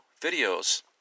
videos